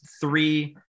Three